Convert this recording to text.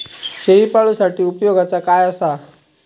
शेळीपाळूसाठी उपयोगाचा काय असा?